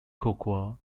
cocoa